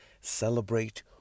celebrate